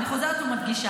אני חוזרת ומדגישה.